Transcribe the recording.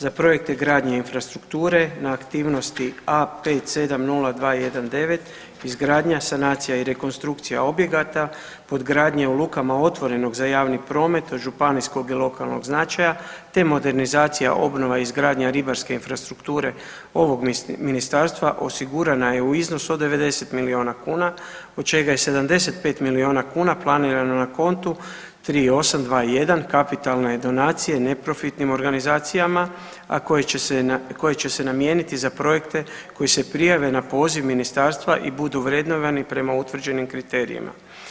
Za projekte gradnje infrastrukture na aktivnosti A570219 izgradnja, sanacija i rekonstrukcija objekata podgradnje u lukama otvorenog za javni promet županijskog i lokalnog značaja te modernizacija, obnova, izgradnja ribarske infrastrukture ovog ministarstva osigurana je u iznosu od 90 milijuna kuna od čega je 75 milijuna kuna planirano na kontu 3821 kapitalne donacije neprofitnim organizacijama, a koje će se namijeniti za projekte koji se prijave na poziv ministarstva i budu vrednovani prema utvrđenim kriterijima.